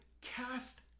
cast